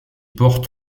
porte